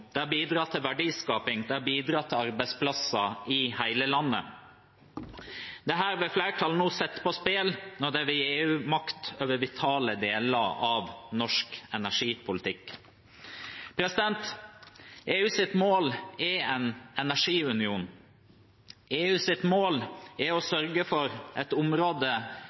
det har bidratt til verdiskaping, det har bidratt til arbeidsplasser i hele landet. Dette vil flertallet nå sette på spill når de vil gi EU makt over vitale deler av norsk energipolitikk. EUs mål er en energiunion. EUs mål er å sørge for et område